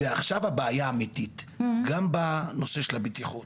עכשיו הבעיה אמיתית, גם בנושא של הבטיחות,